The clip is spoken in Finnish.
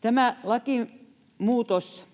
Tämä lakimuutos